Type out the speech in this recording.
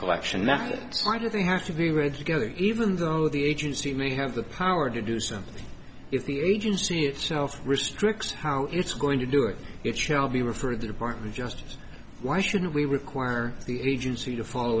collection methods why do they have to be read together even though the agency may have the power to do something if the agency itself restricts how it's going to do it it shall be referred the department justice why should we require the agency to follow